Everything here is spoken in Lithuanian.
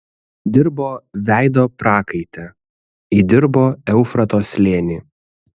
dirbo veido prakaite įdirbo eufrato slėnį